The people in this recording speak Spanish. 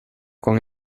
con